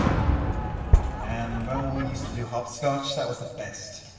um man, remember when we used to do hopscotch? that was the best.